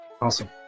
Awesome